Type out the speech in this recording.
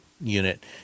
unit